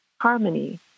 harmony